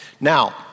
Now